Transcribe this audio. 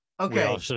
okay